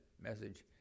message